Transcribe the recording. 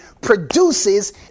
produces